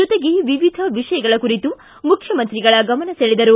ಜೊತೆಗೆ ವಿವಿಧ ವಿಷಯಗಳ ಕುರಿತು ಮುಖ್ಯಮಂತ್ರಿಗಳ ಗಮನ ಸೆಳೆದರು